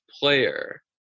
player